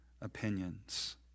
opinions